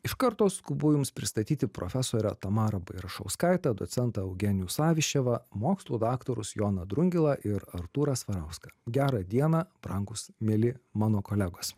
iš karto skubu jums pristatyti profesorę tamarą bairašauskaitę docentą eugenijų saviščevą mokslų daktarus joną drungilą ir artūrą svarauską gerą dieną brangūs mieli mano kolegos